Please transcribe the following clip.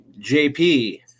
jp